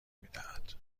میدهد